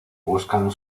buscan